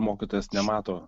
mokytojas nemato